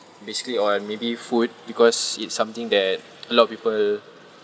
basically or maybe food because it's something that a lot of people